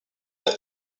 est